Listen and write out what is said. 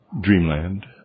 dreamland